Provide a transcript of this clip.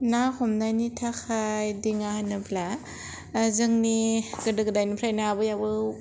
ना हमनायनि थाखाय दिङा होनोब्ला जोंनि गोदो गोदायनिफ्रायनो आबै आबौ